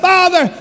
Father